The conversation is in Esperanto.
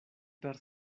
per